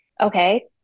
Okay